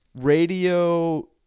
radio